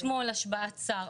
אתמול השבעת שר,